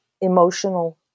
emotional